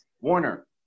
Warner